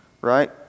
right